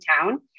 town